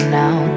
now